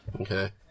Okay